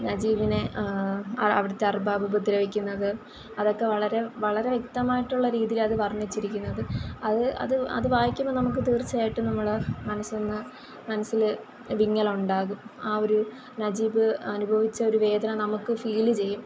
നജീബിനെ അവിടുത്തെ അർബാബ് ഉപദ്രവിക്കുന്നതും അതൊക്കെ വളരെ വളരെ വ്യക്തമായിട്ടുള്ള രീതിയിൽ അത് വർണിച്ചിരിക്കുന്നത് അത് അത് അത് വായിക്കുമ്പോൾ നമുക്ക് തീർച്ചയായിട്ടും നമ്മളെ മനസ്സ് ഒന്ന് മനസ്സിൽ വിങ്ങൽ ഉണ്ടാവും ആ ഒരു നജീബ് അനുഭവിച്ച ഒരു വേദന നമുക്ക് ഫീൽ ചെയ്യും